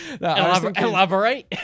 Elaborate